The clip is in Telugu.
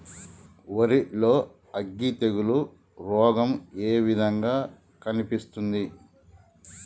వరి లో అగ్గి తెగులు రోగం ఏ విధంగా కనిపిస్తుంది?